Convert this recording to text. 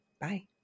Bye